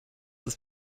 ist